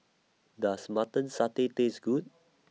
Does Mutton Satay Taste Good